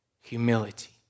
humility